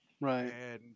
Right